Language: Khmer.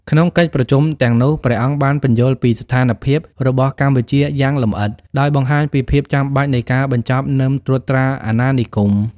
ក្នុងកិច្ចប្រជុំទាំងនោះ ព្រះអង្គបានពន្យល់ពីស្ថានភាពរបស់កម្ពុជាយ៉ាងលម្អិត ដោយបង្ហាញពីភាពចាំបាច់នៃការបញ្ចប់នឹមត្រួតត្រាអាណានិគម។